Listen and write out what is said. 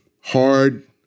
hard